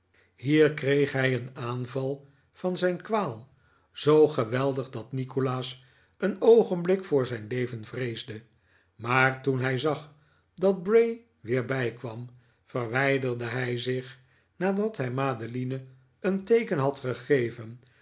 hier kreeg hij een aanval van zijn kwaal zoo geweldig dat nikolaas een oogenblik voor zijn leven vreesde maar toen hij zag dat bray weer bijkwam verwijderde hij zich nadat hij madeline een teeken had gegeveh